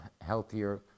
healthier